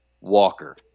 Walker